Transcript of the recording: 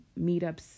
meetups